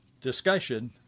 discussion